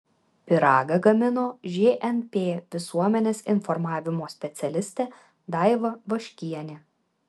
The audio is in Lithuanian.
pyragą gamino žnp visuomenės informavimo specialistė daiva vaškienė